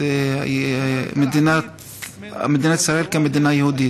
מדינת ישראל כמדינה יהודית.